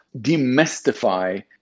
demystify